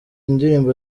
indirimbo